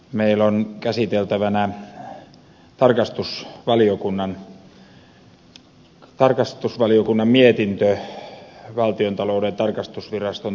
meillä on käsiteltävänä tarkastusvaliokunnan mietintö valtiontalouden tarkastusviraston toiminnasta